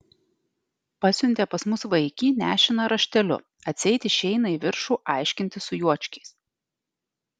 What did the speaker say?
pasiuntė pas mus vaikį nešiną rašteliu atseit išeina į viršų aiškintis su juočkiais